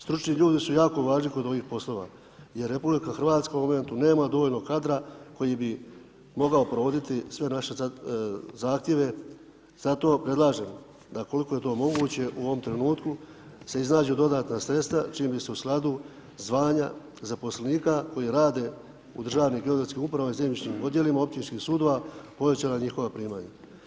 Stručni ljudi su jako važni kod ovih poslova jer RH u ovom momentu nema dovoljno kadra koji bi mogao provoditi sve naše zahtjeve zato predlažem da ukoliko je to moguće u ovom trenutku se iznađu dodatni sredstva čim bi se u skladu zvanja zaposlenika koji rade u Državnoj geodetskoj upravi na zemljišnim odjelima općinskih sudova, povećala njihova primanja.